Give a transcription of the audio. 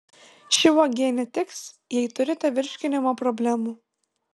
ši uogienė tiks jei turite virškinimo problemų